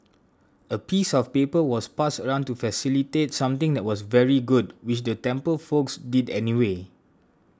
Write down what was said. a piece of paper was passed around to facilitate something that was very good which the temple folks did anyway